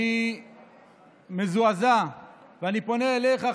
אני מזועזע ואני פונה אליך,